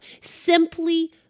simply